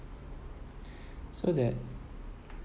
so that